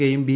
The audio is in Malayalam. കെയും ബി